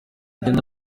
genda